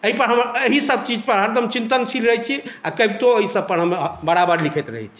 एहि पर हमर एही सभ चीजपर हरदम चिन्तनशील रहैत छी आ कवितो एहि सभपर हम बराबर लिखैत रहैत छी